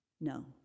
No